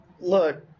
Look